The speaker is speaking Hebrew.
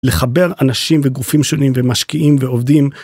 לחבר אנשים וגופים שונים ומשקיעים ועובדים.